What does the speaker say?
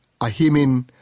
ahimin